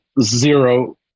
zero